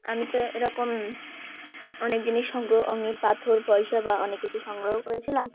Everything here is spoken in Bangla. আমি তো এরকম অনেক জিনিস সংগ্রহ অনেক পাথর পয়সা বা অনেক কিছু সংগ্রহ করেছিলাম